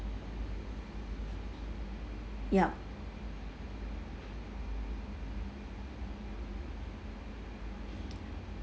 yup